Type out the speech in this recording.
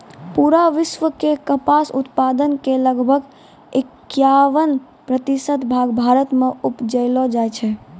पूरा विश्व के कपास उत्पादन के लगभग इक्यावन प्रतिशत भाग भारत मॅ उपजैलो जाय छै